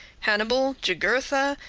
hannibal, jugurtha,